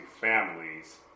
families